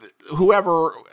whoever